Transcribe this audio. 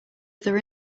other